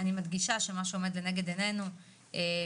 אני מדגישה שמה שעומד לנגד עינינו כוועדת